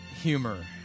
humor